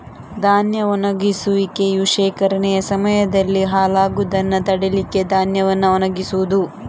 ಧಾನ್ಯ ಒಣಗಿಸುವಿಕೆಯು ಶೇಖರಣೆಯ ಸಮಯದಲ್ಲಿ ಹಾಳಾಗುದನ್ನ ತಡೀಲಿಕ್ಕೆ ಧಾನ್ಯವನ್ನ ಒಣಗಿಸುದು